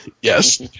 Yes